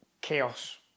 chaos